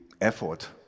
effort